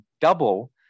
double